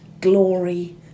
glory